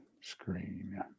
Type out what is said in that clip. screen